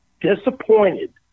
disappointed